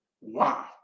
Wow